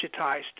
digitized